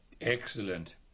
Excellent